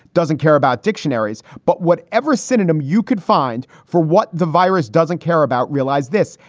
doesn't care about dictionaries, but whatever synonym you could find for what the virus doesn't care about, realized this.